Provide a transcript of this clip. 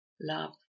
Love